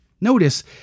Notice